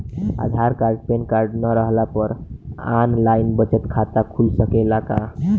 आधार card PAN card न रहला पर आन लाइन बचत खाता खुल सकेला का?